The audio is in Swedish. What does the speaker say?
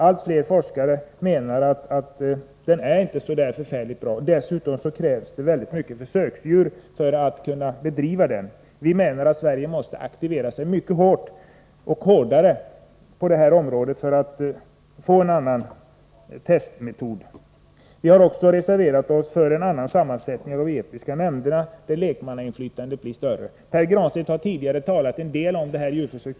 Allt fler forskare menar att de inte är särskilt bra. Dessutom kräver forskningen på detta område väldigt många försöksdjur. Vi menar att Sverige måste vara synnerligen aktivt, mera aktivt än tidigare, när det gäller arbetet med att få fram en annan testmetod. Vidare har vi reserverat oss i fråga om sammansättningen av de etiska nämnderna där lekmannainflytandet blir större. Pär Granstedt har tidigare något talat en del om det här med djurförsök.